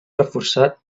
reforçat